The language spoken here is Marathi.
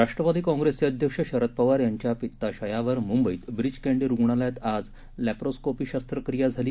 राष्ट्रवादी काँग्रेसचे अध्यक्ष शरद पवार यांच्या पित्ताशयावर मुंबईत ब्रीच कँडी रुग्णालयात आज लॅप्रोस्कोपी शस्त्रक्रिया झाली